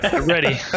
Ready